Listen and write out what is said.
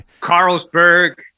Carlsberg